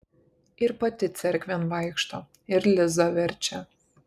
ir pati cerkvėn vaikšto ir lizą verčia